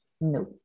No